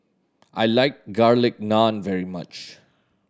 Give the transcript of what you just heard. I like Garlic Naan very much